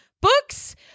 books